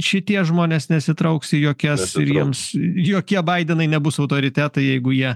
šitie žmonės nesitrauks į jokias ir jiems jokie baidenai nebus autoritetai jeigu jie